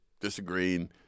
disagreeing